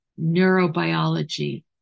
neurobiology